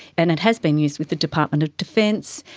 and it has been used with the department of defence,